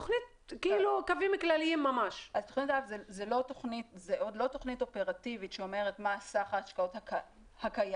תוכנית האב זה עוד לא תוכנית אופרטיבית שאומרת מה סך ההשקעות הקיים.